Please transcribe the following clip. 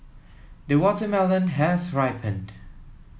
the watermelon has ripened